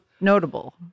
notable